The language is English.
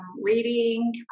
reading